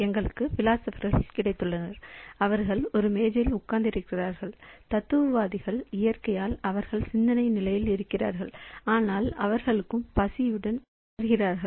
எங்களுக்கு பிலாசபர்கள் கிடைத்துள்ளனர் அவர்கள் ஒரு மேஜையில் உட்கார்ந்திருக்கிறார்கள் தத்துவவாதிகள் இயற்கையால் அவர்கள் சிந்தனை நிலையில் இருக்கிறார்கள் ஆனால் அவர்களும் பசியுடன் உணர்கிறார்கள்